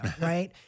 right